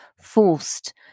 forced